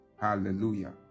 hallelujah